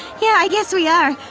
yeah i guess we are.